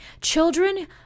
Children